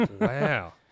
Wow